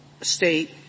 state